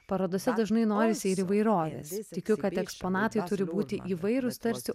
parodose dažnai norisi ir įvairovės tikiu kad eksponatai turi būti įvairūs tarsi